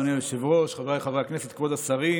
אדוני היושב-ראש, חבריי חברי הכנסת, כבוד השרים,